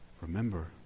Remember